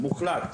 מוחלט,